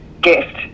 gift